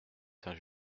saint